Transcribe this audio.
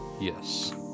Yes